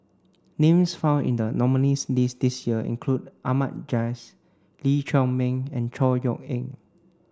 names found in the nominees' list this year include Ahmad Jais Lee Chiaw Meng and Chor Yeok Eng